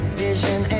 vision